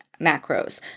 macros